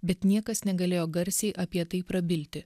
bet niekas negalėjo garsiai apie tai prabilti